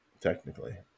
technically